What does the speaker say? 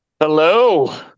Hello